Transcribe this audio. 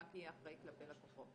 הבנק יהיה אחראי כלפי הלקוחות.